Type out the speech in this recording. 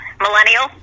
Millennial